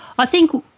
i think,